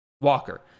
Walker